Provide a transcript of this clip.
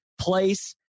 place